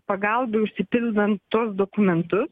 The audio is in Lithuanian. pagalbai užsipildan tuos dokumentus